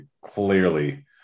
clearly